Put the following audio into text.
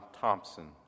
Thompson